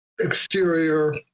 exterior